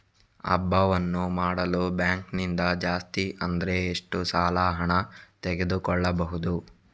ಹಬ್ಬವನ್ನು ಮಾಡಲು ಬ್ಯಾಂಕ್ ನಿಂದ ಜಾಸ್ತಿ ಅಂದ್ರೆ ಎಷ್ಟು ಸಾಲ ಹಣ ತೆಗೆದುಕೊಳ್ಳಬಹುದು?